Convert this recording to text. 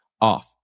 off